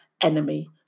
enemy